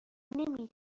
نمی